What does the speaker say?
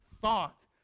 thought